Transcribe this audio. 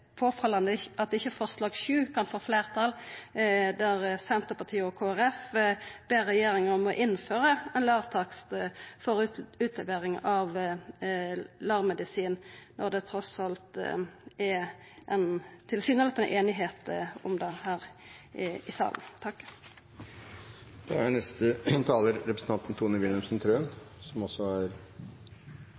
påfallande at ikkje forslag nr. 7 kan få fleirtal, der Senterpartiet og Kristeleg Folkeparti ber regjeringa om å innføra ein lågtakst for utlevering av LAR-medisin når det trass i alt er ein tilsynelatande einigheit om det her i salen. Det er